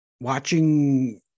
watching